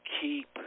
keep